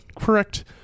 correct